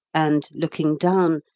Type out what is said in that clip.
and, looking down,